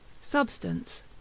substance